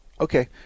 Okay